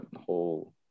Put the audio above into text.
whole